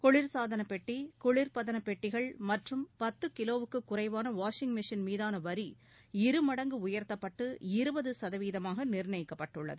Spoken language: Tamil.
குளிர்சாதனப் பெட்டி குளிர்பதனப் பெட்டிகள் மற்றும் பத்து கிலோவுக்குக் குறைவான வாஷிங் மெஷின் மீதான வரி இரு மடங்கு உயர்த்தப்பட்டு இருபது சதவீதமாக நிர்ணயிக்கப்பட்டுள்ளது